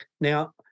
Now